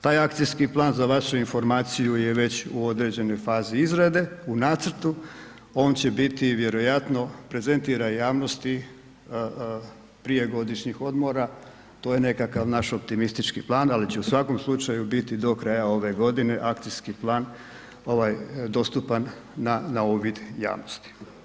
Taj akcijski plan, za vašu informaciju je već u određenoj fazi izrade, u nacrtu, on će biti vjerojatno prezentiran javnosti prije godišnji odmora, to je nekakav naš optimistički plan, ali će u svakom slučaju biti do kraja ove godine, akcijski plan ovaj dostupan na uvid javnosti.